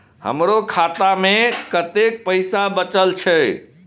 हमरो खाता में कतेक पैसा बचल छे?